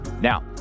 Now